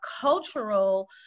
cultural